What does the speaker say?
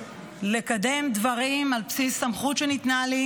לקדם דברים על בסיס סמכות שניתנה לי,